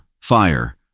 fire